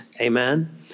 Amen